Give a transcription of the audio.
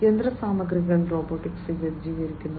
യന്ത്രസാമഗ്രികൾ robotic സജ്ജീകരിച്ചിരിക്കുന്നു